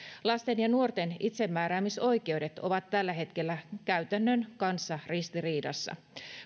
lasten ja nuorten itsemääräämisoikeudet ovat tällä hetkellä käytännön kanssa ristiriidassa